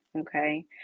okay